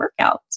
workouts